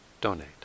donate